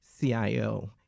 CIO